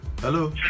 Hello